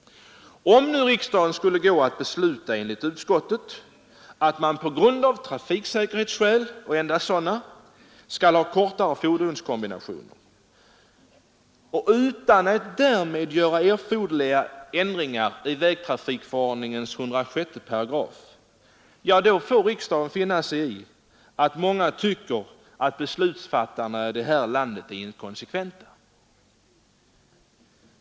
Om nu riksdagen av trafiksäkerhetsskäl och endast sådana skulle besluta i enlighet med utskottets förslag om kortare fordonskombinationer utan att göra erforderliga ändringar i vägtrafikförordningens 106 8, får riksdagen finna sig i att många kommer att tycka att beslutsfattarna här i landet är inkonsekventa.